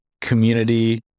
community